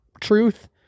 truth